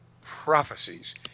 prophecies